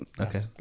Okay